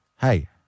Hey